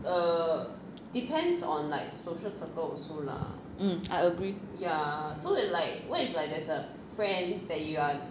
mm I agree